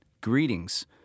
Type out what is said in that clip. Greetings